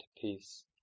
peace